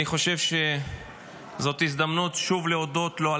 אני חושב שזאת הזדמנות להודות לו שוב